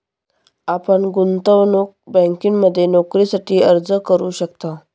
आपण गुंतवणूक बँकिंगमध्ये नोकरीसाठी अर्ज करू शकता